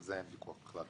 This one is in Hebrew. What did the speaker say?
על זה אין ויכוח בכלל.